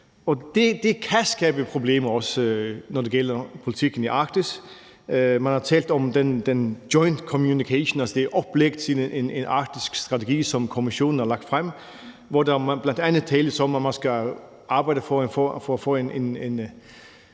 Det kan skabe problemer, også når det gælder politikken i Arktis. Man har talt om den joint communication, altså det oplæg til en arktisk strategi, som Kommissionen har lagt frem, hvor der bl.a. tales om, at man skal arbejde for at